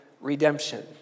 redemption